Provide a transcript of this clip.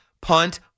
punt